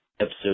episode